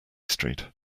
street